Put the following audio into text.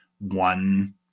One